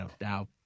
now